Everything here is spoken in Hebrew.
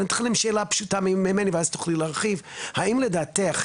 האם לדעתך,